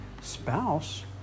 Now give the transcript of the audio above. spouse